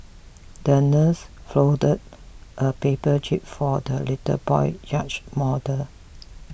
the nurse folded a paper jib for the little boy's yacht model